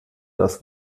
das